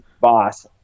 boss